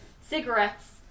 cigarettes